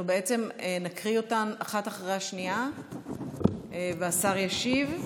אנחנו בעצם נקריא אותן אחרי השנייה והשר ישיב.